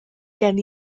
gen